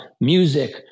music